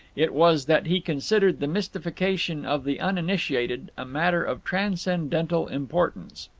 it was that he considered the mystification of the uninitiated a matter of transcendental importance.